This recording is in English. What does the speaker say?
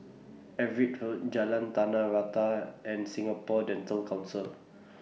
Everitt Road Jalan Tanah Rata and Singapore Dental Council